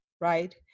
right